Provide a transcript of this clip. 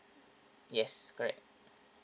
yes correct